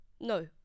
No